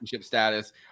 status